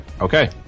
Okay